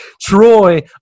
Troy